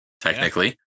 technically